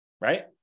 Right